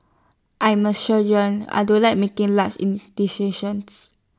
I'm A surgeon I don't like making large indecisions